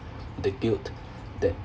that guilt that